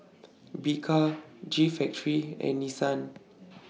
Bika G Factory and Nissan